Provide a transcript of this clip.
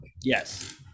Yes